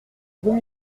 bruits